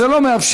זה לא מאפשר.